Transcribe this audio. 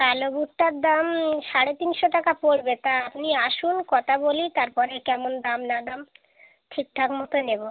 কালো বুটটার দাম সাড়ে তিনশো টাকা পড়বে তা আপনি আসুন কথা বলি তারপরে কেমন দাম না দাম ঠিকঠাক মতো নেবো